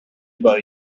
boy